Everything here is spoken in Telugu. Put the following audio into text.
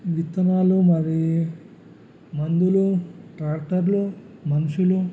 విత్తనాలు మరియు మందులు ట్రాక్టర్లు మనుషులు